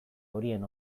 horien